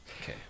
Okay